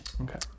Okay